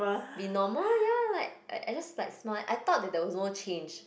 be normal ya like I I just like smile I thought like there was no change